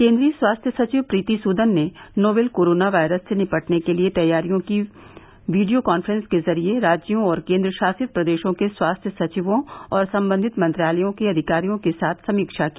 केन्द्रीय स्वास्थ्य सचिव प्रीति सूदन ने नोवेल कोरोना वायरस से निपटने के लिए तैयारियों की वीडियो कांफ्रेस के जरिये राज्यों और केन्द्रशासित प्रदेशों के स्वास्थ्य सचिवों और संबंधित मंत्रालयों के अधिकारियों के साथ समीक्षा की